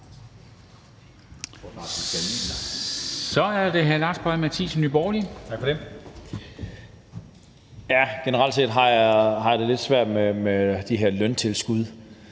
(Ordfører) Lars Boje Mathiesen (NB): Tak for det. Generelt set har jeg det lidt svært med de her løntilskud.